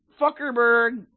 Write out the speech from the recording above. Fuckerberg